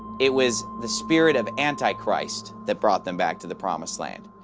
it was the spirit of antichrist that brought them back to the promised land.